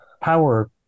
power